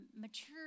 mature